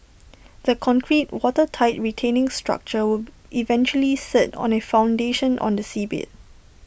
the concrete watertight retaining structure eventually sit on A foundation on the seabed